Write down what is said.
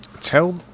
tell